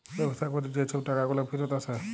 ব্যবসা ক্যরে যে ছব টাকাগুলা ফিরত আসে